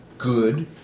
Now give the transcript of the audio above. Good